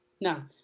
No